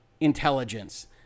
intelligence